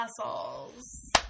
hustles